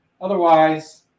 Otherwise